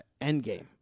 Endgame